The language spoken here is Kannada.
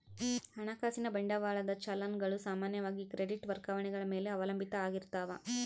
ಹಣಕಾಸಿನ ಬಂಡವಾಳದ ಚಲನ್ ಗಳು ಸಾಮಾನ್ಯವಾಗಿ ಕ್ರೆಡಿಟ್ ವರ್ಗಾವಣೆಗಳ ಮೇಲೆ ಅವಲಂಬಿತ ಆಗಿರ್ತಾವ